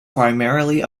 primarily